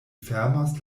fermas